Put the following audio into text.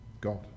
God